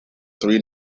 three